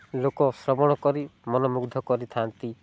ଲୋକ ଶ୍ରବଣ କରି ମନମୁଗ୍ଧ କରିଥାନ୍ତି